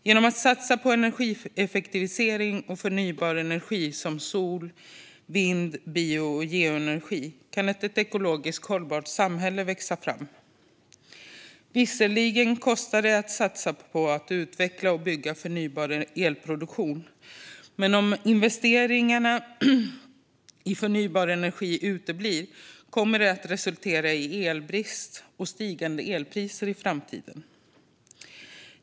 Genom att vi satsar på energieffektivisering och förnybar energi, som sol, vind, bio och geoenergi, kan ett ekologiskt hållbart samhälle växa fram. Visserligen kostar det att satsa på att utveckla och bygga förnybar elproduktion. Men om investeringarna i förnybar energi uteblir kommer det att resultera i elbrist och stigande elpriser i framtiden.